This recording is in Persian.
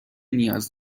نیاز